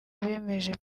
bemeje